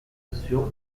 traductions